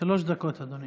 שלוש דקות, אדוני.